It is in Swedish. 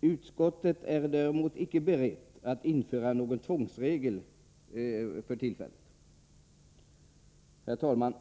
Utskottet är dock icke berett att införa någon tvångsregel. Herr talman!